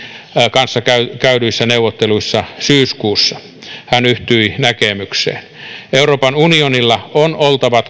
kanssa käydyissä neuvotteluissa syyskuussa hän yhtyi näkemykseen euroopan unionilla on oltava